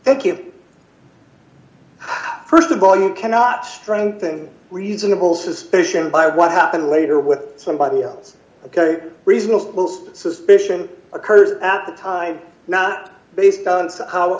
thank you first of all you cannot strengthen reasonable suspicion by what happened later with somebody else because reasonable suspicion occurs at the time not based on